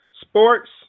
Sports